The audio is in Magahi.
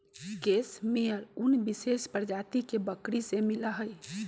केस मेयर उन विशेष प्रजाति के बकरी से मिला हई